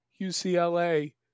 UCLA